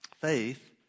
Faith